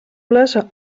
les